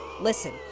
Listen